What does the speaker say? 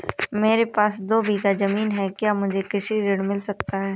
मेरे पास दो बीघा ज़मीन है क्या मुझे कृषि ऋण मिल सकता है?